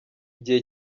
igihe